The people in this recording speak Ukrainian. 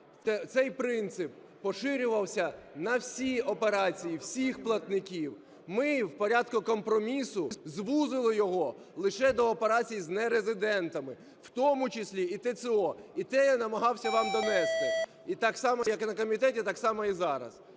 цей принцип поширювався на всі операції, всіх платників. Ми в порядку компромісу звузили його лише до операцій з нерезидентами, в тому числі і ТЦО. І те я намагався вам донести, так само, як на комітеті, так само і зараз.